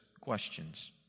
questions